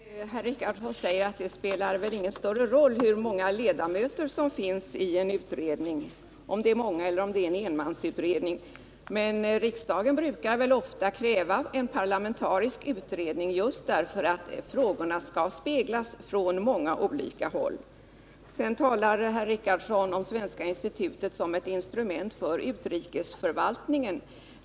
Herr talman! Herr Richardson säger att det väl inte spelar någon större roll om det är många ledamöter i en utredning eller om det är en enmansutredning. Men riksdagen brukar väl ofta kräva en parlamentarisk utredning just därför att frågorna skall kunna belysas från olika håll. Herr Richardson talade om Svenska institutet som ett instrument för utrikesförvaltningen.